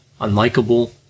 unlikable